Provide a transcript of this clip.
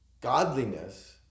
Godliness